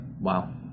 Wow